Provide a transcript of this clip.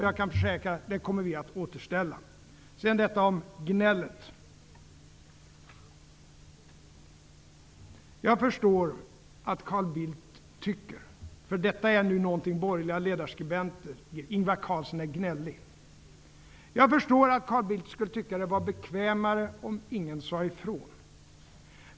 Jag kan försäkra er om att vi kommer att återställa det tidigare systemet. Sedan om gnället. Borgerliga ledarskribenter brukar skriva att Ingvar Carlsson är gnällig. Jag förstår att Carl Bildt skulle tycka att det vore bekvämare om ingen sade ifrån.